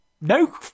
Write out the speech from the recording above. no